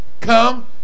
come